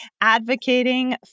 advocating